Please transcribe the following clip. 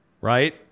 Right